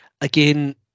Again